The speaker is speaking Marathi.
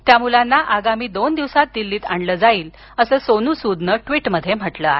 त्या मुलांना आगामी दोन दिवसात दिल्लीला आणलं जाईल अस सोनू सूदनं ट्विटमध्ये म्हटलं आहे